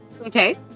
Okay